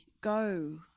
go